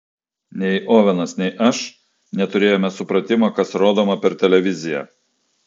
nei ovenas nei aš neturėjome supratimo kas rodoma per televiziją